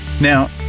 Now